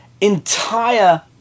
entire